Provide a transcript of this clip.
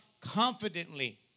confidently